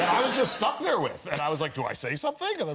just stuck there with. and i was like, do i say something?